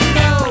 no